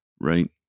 right